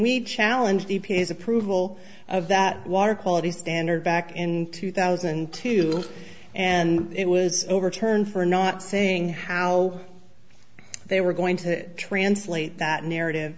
we challenge the e p a is approval of that water quality standard back in two thousand and two and it was overturned for not saying how they were going to translate that narrative